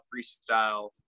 freestyle